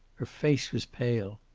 her face was pale.